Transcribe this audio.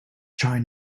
trying